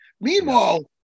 Meanwhile